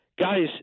Guys